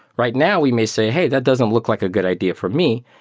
right now we may say, hey, that doesn't look like a good idea for me.